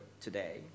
today